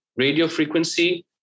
radiofrequency